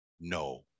No